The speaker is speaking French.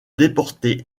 déportés